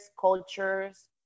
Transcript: cultures